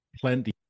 plenty